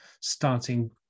starting